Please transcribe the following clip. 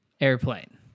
airplane